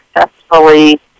successfully